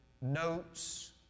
notes